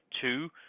two